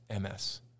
MS